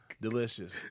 Delicious